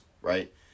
Right